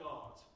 God